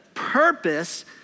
Purpose